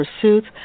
pursuits